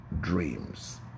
dreams